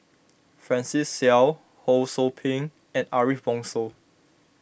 Francis Seow Ho Sou Ping and Ariff Bongso